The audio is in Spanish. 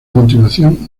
continuación